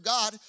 God